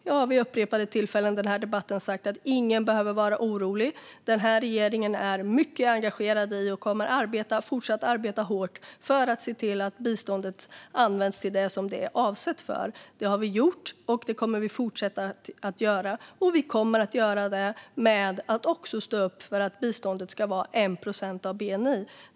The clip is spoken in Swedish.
Jag har vid upprepade tillfällen i debatten sagt att ingen behöver vara orolig; den här regeringen är mycket engagerad i biståndet och kommer att fortsätta att arbeta hårt för att se till att biståndet används till det som det är avsett för. Det har vi gjort, och det kommer vi att fortsätta att göra. Vi kommer att göra det genom att också stå upp för att biståndet ska vara 1 procent av bni.